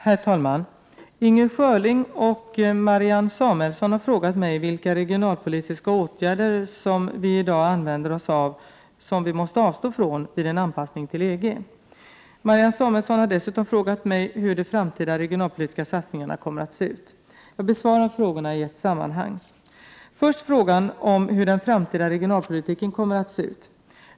Herr talman! Inger Schörling och Marianne Samuelsson har frågat mig vilka regionalpolitiska åtgärder, som vi i dag använder oss av, som vi måste avstå från vid en anpassning till EG. Marianne Samuelsson har dessutom frågat mig hur de framtida regionalpolitiska satsningarna kommer att se ut. Jag besvarar frågorna i ett sammanhang. Först frågan om hur den framtida regionalpolitiken kommer att se ut.